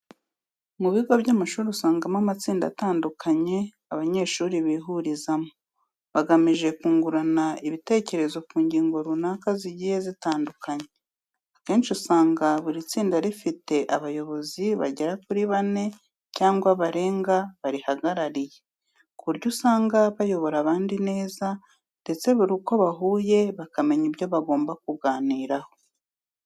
Mu bigo by'amashuri uzasangamo amatsinda atandukanye abanyeshuri bihurizamo, bagamije kungurana ibitekerezo ku ngingo runaka zigiye zitandukanye. Akenshi usanga buri tsinda riba rifite abayobozi bagera kuri bane cyangwa barenga barihagarariye, ku buryo usanga bayobora abandi neza ndetse buri uko bahuye bakamenya ibyo bagomba kuganiraho.